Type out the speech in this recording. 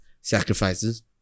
sacrifices